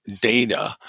data